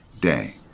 day